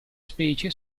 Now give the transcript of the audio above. specie